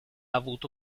avuto